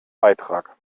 beitrag